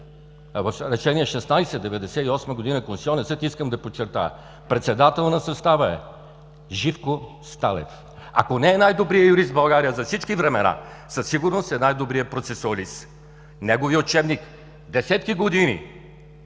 в Решение № 16 от 1998 г., искам да подчертая: председател на състава е Живко Сталев – ако не е най-добрият юрист в България за всички времена, със сигурност е най-добрият процесуалист. Неговият учебник десетки години